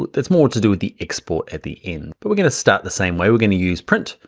it's more to do with the export at the end. but we're gonna start the same way, we're gonna use print,